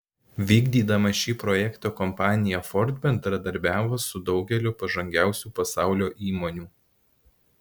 vykdydama šį projektą kompanija ford bendradarbiavo su daugeliu pažangiausių pasaulio įmonių